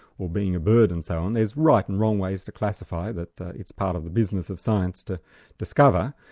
or being a bird and so on, there's right and wrong ways to classify that it's part of the business of science to discover,